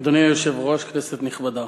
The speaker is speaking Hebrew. אדוני היושב-ראש, כנסת נכבדה,